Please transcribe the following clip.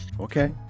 okay